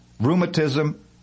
rheumatism